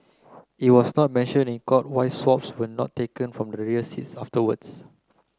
it was not mentioned in court why swabs were not taken from the rear seat afterwards